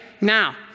Now